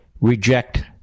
reject